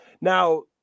Now